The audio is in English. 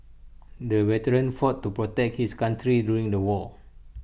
the veteran fought to protect his country during the war